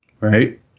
Right